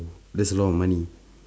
that's a lot of money